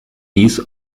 dies